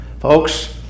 Folks